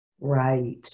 Right